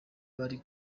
bari